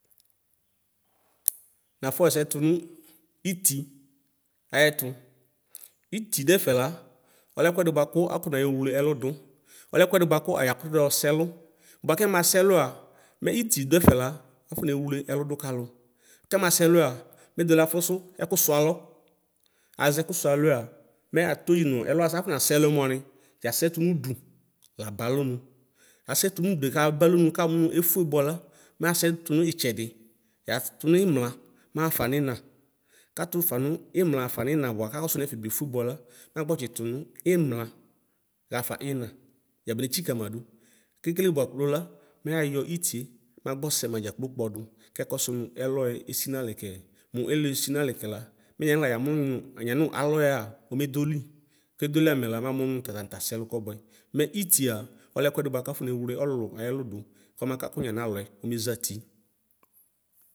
Nafɔxɛsɛ tʋnʋ iti ayɛtʋ iti dʋ ɛfɛ la ɔlɛ ɛkʋedi bʋakʋ akɔne wle ɛlʋ dʋ ɔlɛ ɛkʋedi bʋakʋ yɔsɛlʋ bʋa kɛmasɛ ɛlʋa mɛ itidʋɛfɛ la la afɔ newle ɛlʋ dʋ kalʋ kɛmasɛ ɛlʋa mɛdola fʋsʋ ɛkʋ sʋalɔ azɛ ɛkʋ sʋalɔɛ mɛ atodzi nʋ ɛlʋasɛ afɔnasɛ ɛlʋɛ mʋani yasɛ tʋnʋ ʋdʋ laba alɔnʋ asɛtʋnʋ ʋdue kaba alɔnʋ kamʋ nʋ efʋe bʋala mɛ asɛ tunitsɛdi yatʋ nimla mahafa nina katʋ fanʋ imla hafa nina bʋa kakɔsʋ nʋ ɛfɛ biefʋe bʋala magbɔ tsi tʋnʋ imla hafa ina yabane tsika madʋ kekele bʋa gbo la mɛ ayɔ itie magbɔ sɛma dzakplo kpɔdʋ kɛkɔsʋnʋ ɛlɔɛ esinalɛ kɛ mʋ ɛlʋ esinalɛ kɛla mɛ yanixla yamʋnʋ yanʋ alɔ yɛa medeli kedoli amɛ la mɛ amʋnʋ tata nʋtasɛ ɛlʋ kɔbʋɛ mɛ itia ɔlɛ ɛkʋedi bʋakʋ afɔnewle ɔlʋlʋ ayɛlʋ dʋ kɔmakakʋ yanalɔɛ kɔme zati.